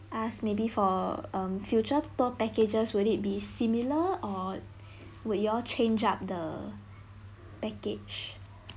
ask maybe for um future tour packages would it be similar or would you all change up the package